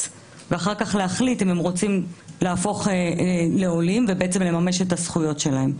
ואחר כך להחליט אם הם רוצים להפוך לעולים ולממש את הזכויות שלהם.